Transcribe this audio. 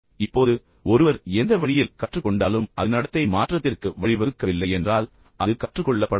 இப்போது ஒருவர் எந்த வழியில் கற்றுக்கொண்டாலும் அது நடத்தை மாற்றத்திற்கு வழிவகுக்கவில்லை என்றால் அது கற்றுக்கொள்ளப்படவில்லை